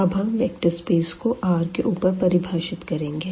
अब हम vector space को R के ऊपर परिभाषित करेंगे